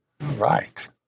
Right